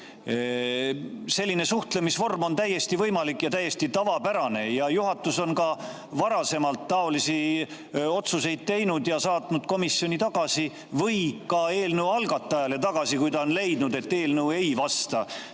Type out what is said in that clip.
Selline suhtlemisvorm on täiesti võimalik ja täiesti tavapärane. Juhatus on ka varem taolisi otsuseid teinud ja saatnud [eelnõu] komisjoni tagasi või algatajale tagasi, kui ta on leidnud, et eelnõu ei vasta